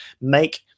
make